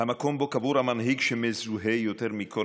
המקום שבו קבור המנהיג שמזוהה יותר מכול,